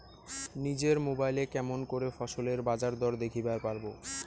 নিজের মোবাইলে কেমন করে ফসলের বাজারদর দেখিবার পারবো?